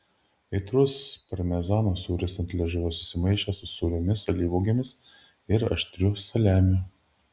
aitrus parmezano sūris ant liežuvio susimaišė su sūriomis alyvuogėmis ir aštriu saliamiu